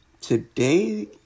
today